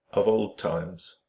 of old times.